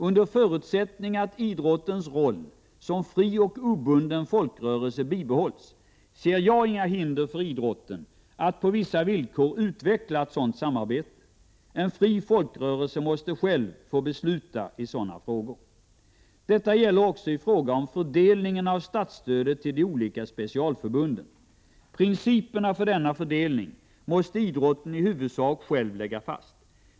Under förutsättning att idrottens roll som fri och obunden folkrörelse bibehålls ser jag inga hinder för idrotten att på vissa villkor utveckla ett sådant samarbete. En fri folkrörelse måste själv få besluta i sådana frågor. Detta gäller också i fråga om fördelningen av statsstödet till de olika specialförbunden. Principerna för denna fördelning måste idrotten i huvudsak själv lägga fast.